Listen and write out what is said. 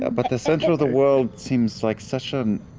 but the center of the world seems like such and